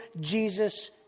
Jesus